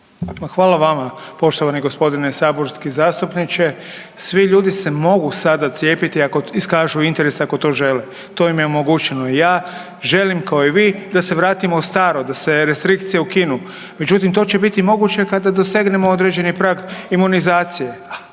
Hvala vama poštovani gospodine saborski zastupniče. Svi ljudi se mogu sada cijepiti ako iskažu interes ako to žele to im je omogućeno. Ja želim kao i vi da se vratimo u staro, da se restrikcije ukinu. Međutim, to će biti moguće kada dosegnemo određeni prag imunizacije.